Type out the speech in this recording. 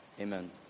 Amen